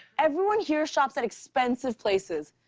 everyone here shops at expensive places.